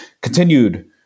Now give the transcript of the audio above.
continued